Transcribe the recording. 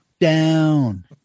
down